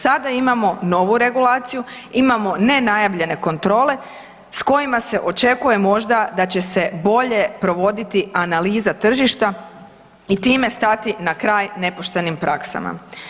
Sada imamo novu regulaciju, imamo ne najavljene kontrole s kojima se očekuje možda da će se bolje provoditi analiza tržišta i time stati na kraj nepoštenim praksama.